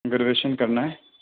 graduation کرنا ہے